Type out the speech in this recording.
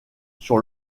sur